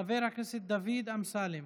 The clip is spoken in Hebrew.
חבר הכנסת דוד אמסלם,